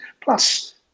plus